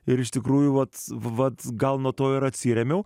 ir iš tikrųjų vat vat gal nuo to ir atsirėmiau